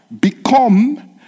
become